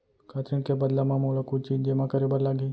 का ऋण के बदला म मोला कुछ चीज जेमा करे बर लागही?